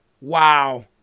Wow